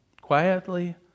quietly